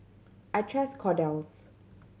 I trust Kordel's